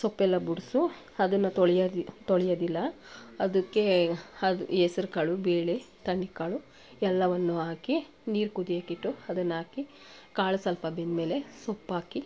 ಸೊಪ್ಪೆಲ್ಲ ಬಿಡ್ಸು ಅದನ್ನು ತೊಳೆಯೋದು ತೊಳೆಯೋದಿಲ್ಲ ಅದಕ್ಕೆ ಅದು ಹೆಸ್ರ್ಕಾಳು ಬೇಳೆ ಬಟಾಣಿಕಾಳು ಎಲ್ಲವನ್ನೂ ಹಾಕಿ ನೀರು ಕುದಿಯೋಕ್ಕಿಟ್ಟು ಅದನ್ನು ಹಾಕಿ ಕಾಳು ಸ್ವಲ್ಪ ಬೆಂದಮೇಲೆ ಸೊಪ್ಪಾಕಿ